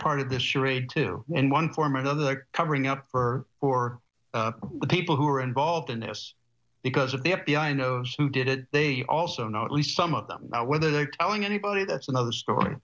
part of this charade too in one form or another covering up her or the people who are involved in this because of the f b i knows who did it they also know at least some of them whether they're telling anybody that's another story